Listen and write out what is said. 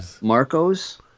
Marcos